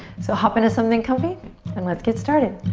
so hop into something comfy and let's get started.